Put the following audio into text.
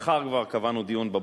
מחר כבר קבענו דיון בבוקר,